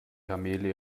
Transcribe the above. kamele